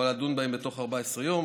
היא יכולה לדון בהן בתוך 14 יום.